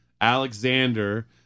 Alexander